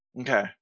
Okay